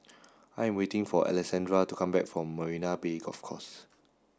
I am waiting for Alessandra to come back from Marina Bay Golf Course